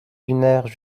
lunaire